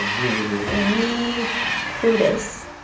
really weird. weee pootis.